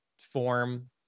form